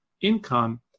income